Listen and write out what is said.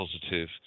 positive